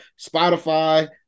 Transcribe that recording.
Spotify